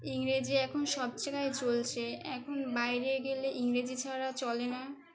ইংরেজি এখন সব জায়গায় চলছে এখন বাইরে গেলে ইংরেজি ছাড়া চলে না